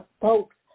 folks